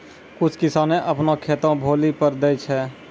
कुछ किसाने अपनो खेतो भौली पर दै छै